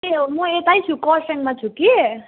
ए म यतै छु खरसाङमा छु कि